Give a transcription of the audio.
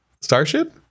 Starship